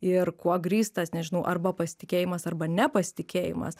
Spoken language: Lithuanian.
ir kuo grįstas nežinau arba pasitikėjimas arba nepasitikėjimas